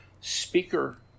speaker